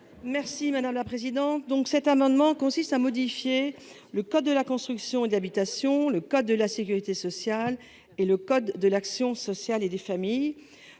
l’amendement n° 3 rectifié. Cet amendement tend à modifier le code de la construction et de l’habitation, le code de la sécurité sociale et le code de l’action sociale et des familles,